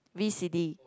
V C D